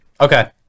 Okay